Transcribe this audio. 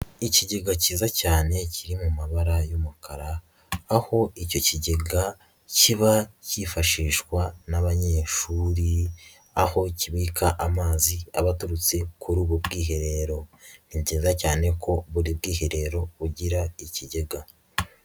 Ikigega kiza cyane kiri mu mabara y'umukara aho icyo kigega kiba kifashishwa n'abanyeshuri aho kibika amazi aba aturutse kuri ubu bwiherero, ni byiza cyane ko buri bwiherero bugira ikigega.